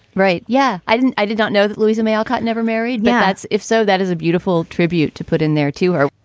right. yeah. i didn't. i did not know that louisa may alcott never married mets if so, that is a beautiful tribute to put in there to her.